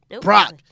Brock